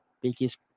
biggest